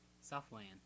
Southland